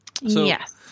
Yes